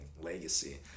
Legacy